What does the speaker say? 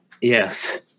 Yes